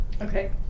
Okay